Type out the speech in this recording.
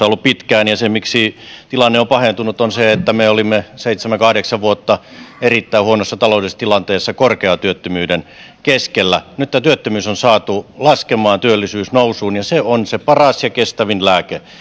ollut pitkään ja se miksi tilanne on pahentunut on se että me olimme seitsemän viiva kahdeksan vuotta erittäin huonossa taloudellisessa tilanteessa korkean työttömyyden keskellä nyt tämä työttömyys on saatu laskemaan työllisyys nousuun ja se on se paras ja kestävin lääke